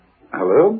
Hello